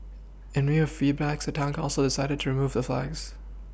in view a feedbacks the town council decided to remove a flags